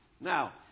Now